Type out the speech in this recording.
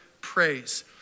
praise